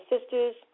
sisters